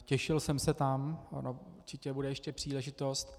Těšil jsem se tam, určitě bude ještě příležitost.